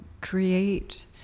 create